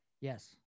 Yes